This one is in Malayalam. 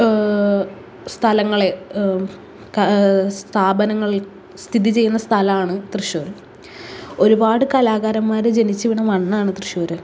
സ്ഥലങ്ങളെ സ്ഥാനാപനങ്ങൾ സ്ഥിതി ചെയ്യുന്ന സ്ഥലമാണ് തൃശ്ശൂർ ഒരുപാട് കലാകാരന്മാർ ജനിച്ച് വീണ മണ്ണാണ് തൃശ്ശൂർ